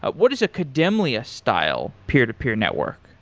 but what is a kademlia style peer-to-peer network?